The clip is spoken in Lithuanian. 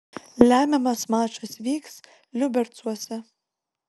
lemiamas mačas vyks liubercuose